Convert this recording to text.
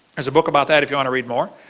there's a book about that if you want to read more.